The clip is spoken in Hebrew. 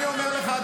אני אומר לך,